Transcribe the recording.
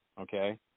Okay